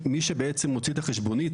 מי שבעצם מוציא את החשבונית,